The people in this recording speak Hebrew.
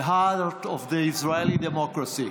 the heart of Israeli democracy.